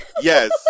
Yes